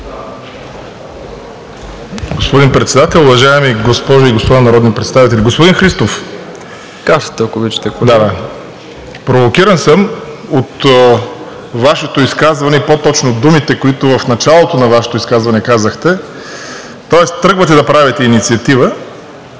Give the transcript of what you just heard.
тръгвате да правите инициатива